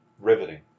Riveting